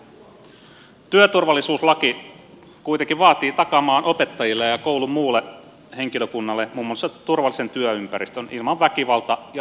työturvallisuuslaki kuitenkin vaatii takaamaan opettajille ja koulun muulle henkilökunnalle muun muassa turvallisen työympäristön ilman väkivalta ja uhkatilanteita